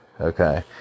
Okay